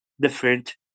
different